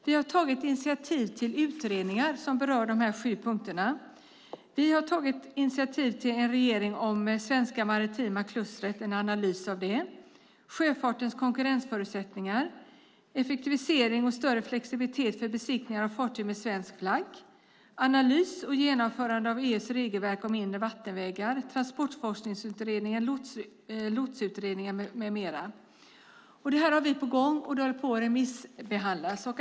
Vi har tagit initiativ till utredningar som berör de sju punkterna: en analys av det svenska maritima klustret, sjöfartens konkurrensförutsättningar, effektivisering och större flexibilitet för besiktningar av fartyg med svensk flagg, analys och genomförande av EU:s regelverk om inre vattenvägar, Transportforskningsutredningen, Lotsutredningen med mera. Det här har vi på gång, och det håller på att remissbehandlas.